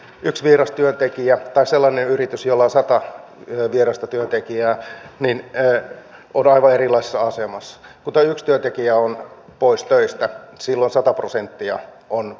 mutta tästä omaishoidosta haluan sanoa että minä en ymmärrä mistä edustaja kiljunen on saanut semmoisen käsityksen että hallitus olisi jotenkin tyypittelemässä eri lajien omaishoitoa